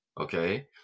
okay